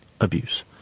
abuse